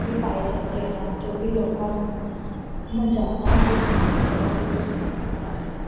ਵੀ ਪਾਏ ਜਾਂਦੇ ਹਨ ਜੋ ਕਿ ਲੋਕਾਂ ਨੂੰ ਵਜਾਉਣਾ ਅਤੇ ਸੁਣਨਾ ਬਹੁਤ ਹੀ ਪਸੰਦ ਆਉਂਦਾ ਹੈ